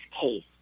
case